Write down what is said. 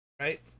right